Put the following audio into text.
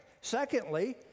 Secondly